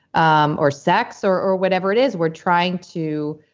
um or sex, or or whatever it is we're trying to